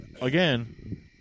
Again